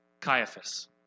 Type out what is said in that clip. Caiaphas